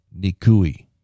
Nikui